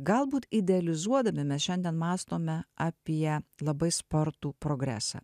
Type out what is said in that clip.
galbūt idealizuodami mes šiandien mąstome apie labai spartų progresą